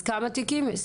אז כמה תיקים יש?